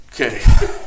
Okay